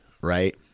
right